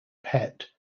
pet